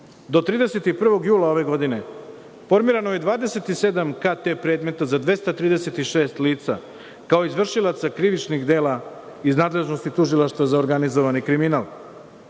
do 31. jula ove godine, formirano je 27 KT predmeta za 236 lica, kao izvršioca krivičnih dela iz nadležnosti Tužilaštva za organizovani kriminal.